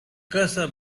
cursor